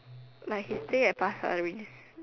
like he stay at pasir-ris